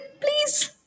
please